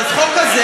חוק כזה,